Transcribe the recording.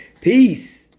peace